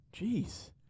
Jeez